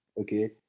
okay